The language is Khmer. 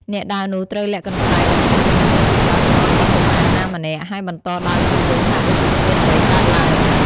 អ្នកដើរនោះត្រូវលាក់កន្សែងដោយស្ងាត់ៗនៅពីក្រោយខ្នងរបស់កុមារណាម្នាក់ ហើយបន្តដើរជុំវិញហាក់ដូចជាគ្មានអ្វីកើតឡើង។